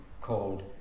called